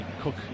Cook